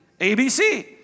ABC